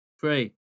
Three